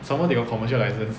someone they got commercial license